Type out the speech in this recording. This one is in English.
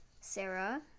Sarah